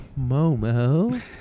Momo